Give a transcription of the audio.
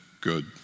good